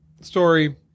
story